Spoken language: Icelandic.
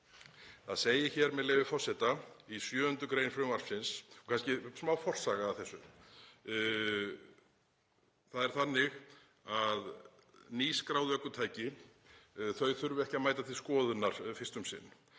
Það segir hér, með leyfi forseta, í 7. gr. frumvarpsins — kannski smá forsaga að þessu. Það er þannig að nýskráð ökutæki þurfa ekki að mæta til skoðunar fyrst um sinn.